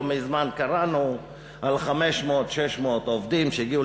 לא מזמן קראנו על 600-500 עובדים שהגיעו